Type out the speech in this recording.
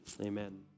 amen